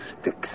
sticks